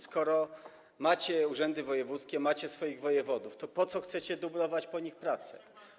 Skoro macie urzędy wojewódzkie, macie swoich wojewodów, to po co chcecie dublować ich pracę?